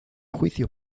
juicio